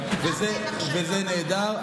נכון, וזה נהדר.